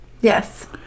Yes